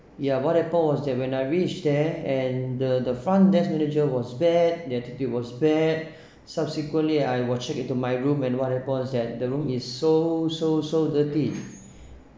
ya what happen was that when I reach and the the front desk manager was bad the attitude was bad subsequently I were checked into my room and what happened was that the room is so so so dirty